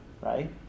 right